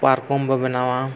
ᱯᱟᱨᱠᱚᱢ ᱵᱚ ᱵᱮᱱᱟᱣᱟ